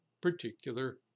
particular